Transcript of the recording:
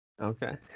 Okay